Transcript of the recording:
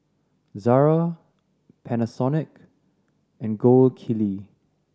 Zara Panasonic and Gold Kili